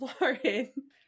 Lauren